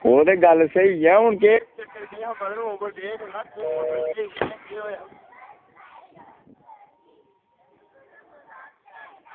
ओह् गल्ल ते सेही ऐ हून चक्कर केह् ओवरडेट ऐ जां पाऊडर सेही निं ऐ जां केह् ओएआ